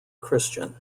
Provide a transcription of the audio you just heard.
christian